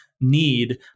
need